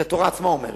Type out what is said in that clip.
כי התורה עצמה אומרת: